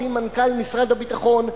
יחד עם מנכ"ל משרד הביטחון,